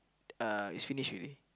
uh it's finish already